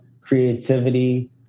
creativity